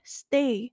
stay